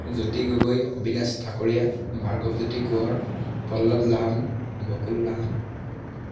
Jyoti Gogoi Abinash Thakuria Bhargav Jyoti Konwar Pallav Lahon Bakul Lahon